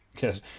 Yes